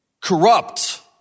corrupt